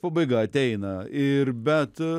pabaiga ateina ir bet